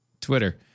Twitter